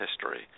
history